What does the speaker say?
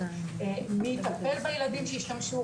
מי יטפל בילדים שהשתמשו,